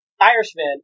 Irishman